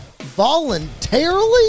voluntarily